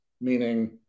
meaning